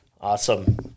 Awesome